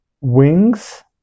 wings